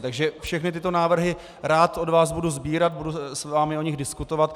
Takže všechny tyto návrhy rád od vás budu sbírat, budu s vámi o nich diskutovat.